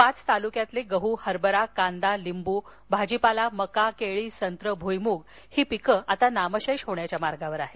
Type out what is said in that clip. पाच तालुक्यातील गहू हरभरा कांदा लिंबू भाजीपाला मका केळी संत्रा भुईमूग ही पिकं नामशेष होण्याच्या मार्गावर आहेत